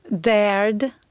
dared